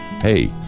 Hey